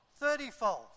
thirtyfold